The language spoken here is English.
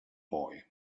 boy